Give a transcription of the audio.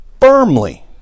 firmly